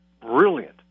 brilliant